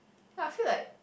I feel like